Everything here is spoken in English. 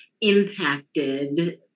impacted